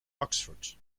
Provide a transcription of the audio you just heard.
oxford